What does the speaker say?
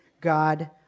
God